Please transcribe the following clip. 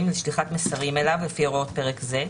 לשליחת מסרים אליו לפי הוראות פרק זה,